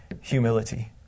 Humility